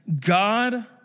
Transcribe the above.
God